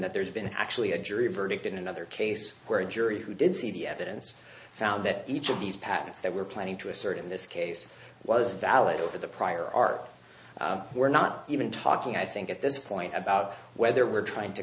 that there's been actually a jury verdict in another case where a jury who did see the evidence found that each of these patents they were planning to assert in this case was valid over the prior art we're not even talking i think at this point about whether we're trying to